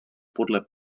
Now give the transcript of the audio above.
podle